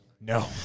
No